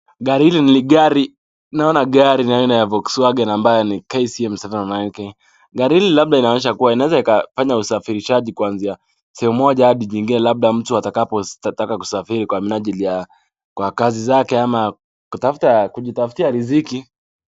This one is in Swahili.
Gari hili ni gari naona gari ambaye ni volksuada ambaye KCN 709N gari hili inaonekana inaeza fanya usafirishaji kwanzia sehemu moja hadi lingine, labda mtu atakapo safiri kwa mnajili ya kwa kazi zake ama kujitafutia riziki.